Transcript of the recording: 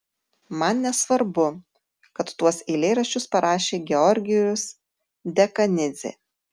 man nesvarbu kad tuos eilėraščius parašė georgijus dekanidzė